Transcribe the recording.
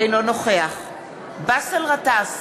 אינו נוכח באסל גטאס,